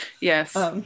yes